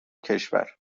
کشور